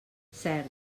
cert